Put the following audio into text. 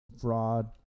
Fraud